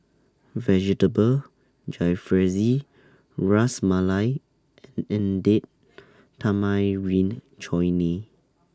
Vegetable Jalfrezi Ras Malai and Date Tamarind Chutney